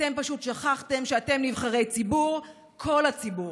אתם פשוט שכחתם שאתם נבחרי ציבור, כל הציבור.